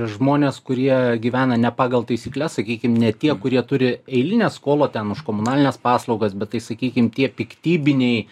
žmonės kurie gyvena ne pagal taisykles sakykim ne tie kurie turi eilinę skolą ten už komunalines paslaugas bet tai sakykim tie piktybiniai